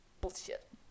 bullshit